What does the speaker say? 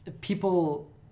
people